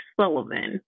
Sullivan